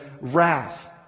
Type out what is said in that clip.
wrath